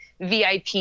VIP